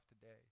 today